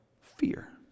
fear